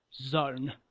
zone